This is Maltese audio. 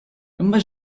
imma